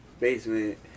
Basement